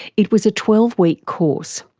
it was a twelve week course.